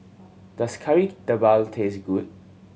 does Kari Debal taste good